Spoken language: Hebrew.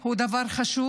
היא גם דבר חשוב.